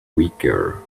weaker